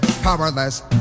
powerless